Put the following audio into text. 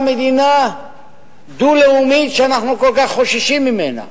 מדינה דו-לאומית שאנחנו כל כך חוששים ממנה.